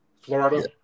Florida